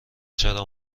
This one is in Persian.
چرا